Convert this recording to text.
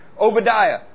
Obadiah